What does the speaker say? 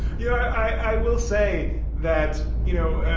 yeah, i will say that you know,